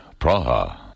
Praha